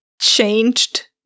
changed